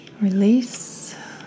release